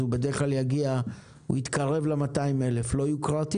אז הוא בדרך כלל יתקרב לסכום של 200,000. לא יוקרתי,